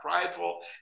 prideful